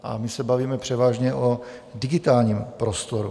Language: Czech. A my se bavíme převážně o digitálním prostoru.